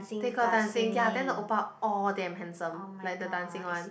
they got dancing ya then the oppa all damn handsome like the dancing one